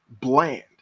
bland